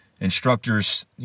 instructors